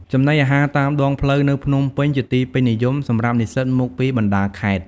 ចំណីអាហារតាមដងផ្លូវនៅភ្នំពេញជាទីពេញនិយមសម្រាប់និស្សិតមកពីបណ្តាខេត្ត ។